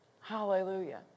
Hallelujah